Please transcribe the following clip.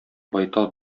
байтал